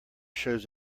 shows